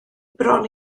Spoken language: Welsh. bron